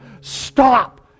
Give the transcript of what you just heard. stop